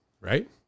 right